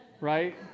right